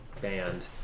band